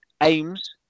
AIMS